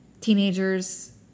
teenagers